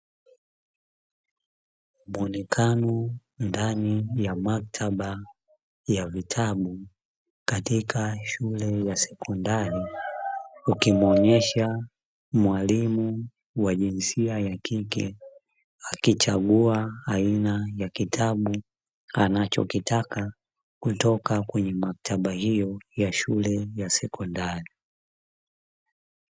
Muonekano ndani ya maktaba ya vitabu katika shule ya sekondari ukimuonyesha mwalimu wa jinsia ya kike, akichagua aina ya kitabu anachokitaka kutoka kwenye maktaba hiyo ya shule ya sekondari.